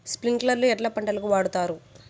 స్ప్రింక్లర్లు ఎట్లా పంటలకు వాడుతారు?